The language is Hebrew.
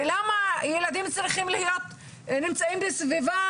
ולמה ילדים צריכים להיות נמצאים בסביבה